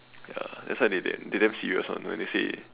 ya that's why they they damn serious [one] when they say